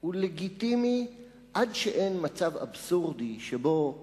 הוא לגיטימי עד שאין מצב אבסורדי שבו "חמאס"